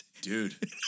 Dude